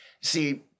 See